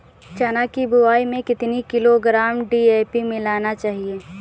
चना की बुवाई में कितनी किलोग्राम डी.ए.पी मिलाना चाहिए?